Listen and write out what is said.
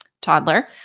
toddler